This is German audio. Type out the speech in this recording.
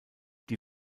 die